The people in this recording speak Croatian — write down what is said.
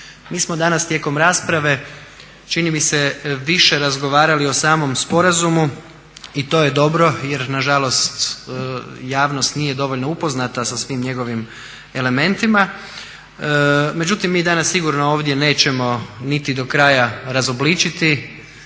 Mi smo danas tijekom rasprave čini mi se više razgovarali o samom sporazumu i to je dobro, jer na žalost javnost nije dovoljno upoznata sa svim njegovim elementima. Međutim, mi danas sigurno ovdje nećemo niti do kraja razobličiti